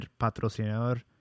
patrocinador